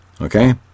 Okay